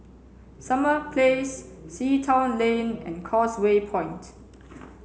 Summer Place Sea Town Lane and Causeway Point